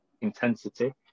intensity